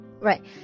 Right